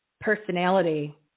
personality